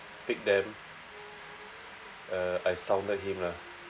pick them uh I sounded him lah